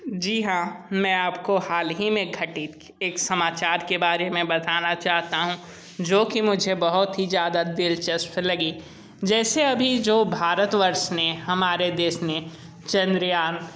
जी हाँ मैं आपको हाल ही में घटित एक समाचार के बारे में बताना चाहता हूँ जो कि मुझे बहुत ही ज़्यादा दिलचस्प लगी जैसे अभी जो भारत वर्ष ने हमारे देश ने चंद्रयान